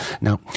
Now